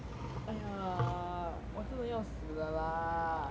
!aiya! 我真的要死了啦